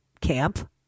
camp